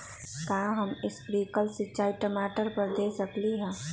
का हम स्प्रिंकल सिंचाई टमाटर पर दे सकली ह?